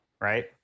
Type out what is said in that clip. right